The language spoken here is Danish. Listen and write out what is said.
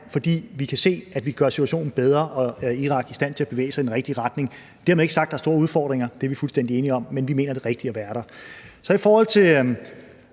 fordi vi kan se, at vi gør situationen bedre og Irak i stand til at bevæge sig i den rigtige retning. Dermed ikke sagt, at der ikke er store udfordringer – det er vi fuldstændig enige om – men vi mener, at det er rigtigt at være der. I forhold til